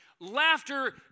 Laughter